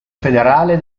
federale